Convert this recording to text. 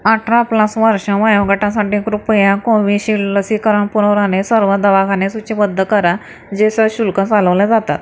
अठरा प्लस वर्ष वयोगटासाठी कृपया कोविशिल्ड लसीकरण पुरवणारे सर्व दवाखाने सूचीबद्ध करा जे सशुल्क चालवले जातात